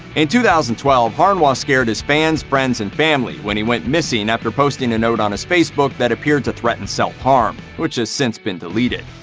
in two thousand and twelve, harnois scared his fans, friends and family, when he went missing after posting a note on his facebook that appeared to threaten self harm, which has since been deleted.